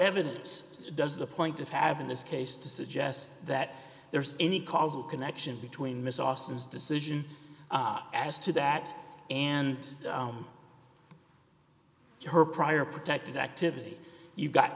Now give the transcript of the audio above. evidence does the point of have in this case to suggest that there's any causal connection between miss austin's decision as to that and her prior protected activity you've got